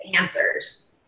answers